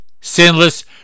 sinless